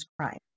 crime